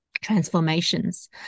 transformations